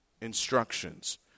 instructions